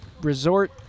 resort